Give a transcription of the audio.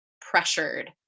pressured